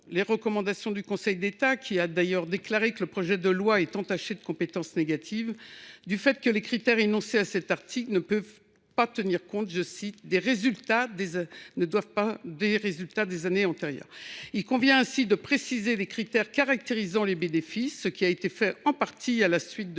les recommandations du Conseil d’État, lequel a déclaré que le projet de loi est « entaché de compétence négative » en raison du fait que les critères énoncés à cet article ne peuvent pas tenir compte des « résultats des années antérieures ». Il convient ainsi de préciser les critères caractérisant les bénéfices, ce qui a été fait en partie à la suite de